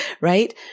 right